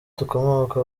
dukomoka